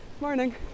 Morning